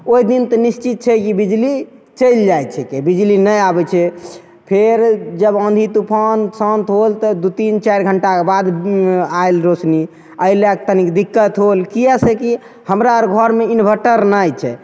ओहि दिन तऽ निश्चित छै कि बिजली चलि जाइ छिकै बिजली नहि आबै छै फेर जब आँधी तूफान शान्त होल तऽ दुइ तीन चारि घण्टाके बाद आएल रोशनी एहि लैके तनिक दिक्कत होल किएक से कि हमरा आओर घरमे इन्वर्टर नहि छै